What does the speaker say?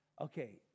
okay